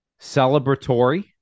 celebratory